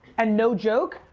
and no joke,